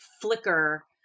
flicker